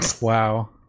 Wow